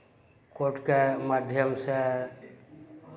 कोर्टके माध्यमसँ